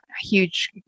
huge